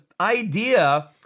idea